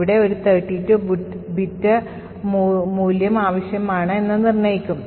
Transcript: ഇവിടെ ഒരു 32 ബിറ്റ് മൂല്യം ആവശ്യമാണെന്ന് ഇത് നിർണ്ണയിക്കും